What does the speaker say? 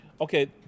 Okay